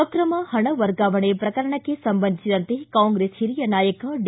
ಅಕ್ರಮ ಹಣ ವರ್ಗಾವಣೆ ಪ್ರಕರಣಕ್ಕೆ ಸಂಬಂಧಿಸಿದಂತೆ ಕಾಂಗ್ರೆಸ್ ಹಿರಿಯ ನಾಯಕ ಡಿ